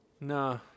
Nah